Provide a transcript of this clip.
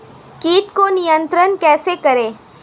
कीट को नियंत्रण कैसे करें?